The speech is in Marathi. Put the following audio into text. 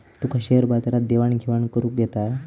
तुका शेयर बाजारात देवाण घेवाण करुक येता?